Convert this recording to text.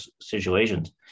situations